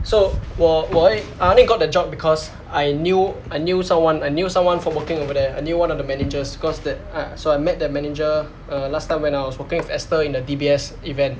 so 我我 eh I only got the job because I knew I knew someone I knew someone from working over there I knew one of the managers cause that I so I met that manager uh last time when I was working with esther in the D_B_S event